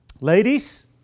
Ladies